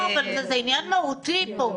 זה עניין מהותי פה.